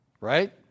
right